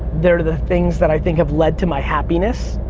they're the things that i think have led to my happiness,